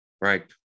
Right